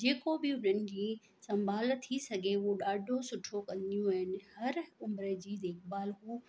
जेको बि हुननि जी संभाल थी सघे उहा ॾाढो सुठो कंदियूं आहिनि हर उमिरि जी देखभाल उहा